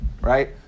right